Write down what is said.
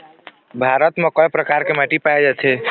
भारत म कय प्रकार के माटी पाए जाथे?